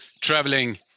traveling